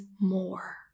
more